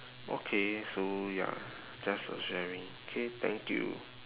okay so ya just a sharing okay thank you